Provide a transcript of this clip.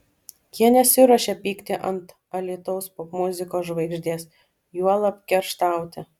jie nesiruošia pykti ant alytaus popmuzikos žvaigždės juolab kerštauti